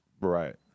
Right